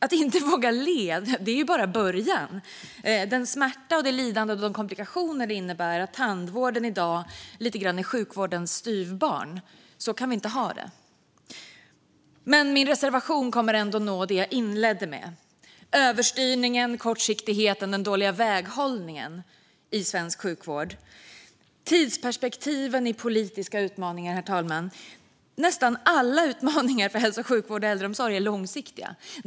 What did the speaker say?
Att inte våga le är bara början. Vi kan inte ha den smärta, det lidande och de komplikationer som kommer sig av att tandvården är sjukvårdens styvbarn. Men min reservation kommer ändå att nå det jag tog upp i min inledning, nämligen frågorna om överstyrningen, kortsiktigheten och den dåliga väghållningen i svensk sjukvård. Det handlar om tidsperspektiven i politiska utmaningar, herr talman. Nästan alla utmaningar för hälso och sjukvård och äldreomsorg är långsiktiga.